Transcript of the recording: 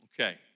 Okay